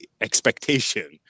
expectation